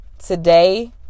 Today